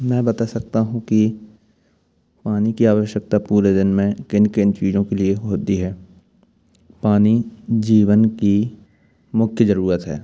मैं बता सकता हूँ कि पानी की आवश्यकता पूरे दिन में किन किन चीज़ों के लिए होती है पानी जीवन की मुख्य ज़रूरत है